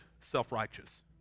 self-righteous